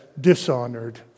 dishonored